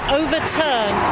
overturn